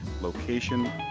location